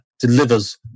delivers